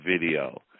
video